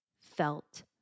felt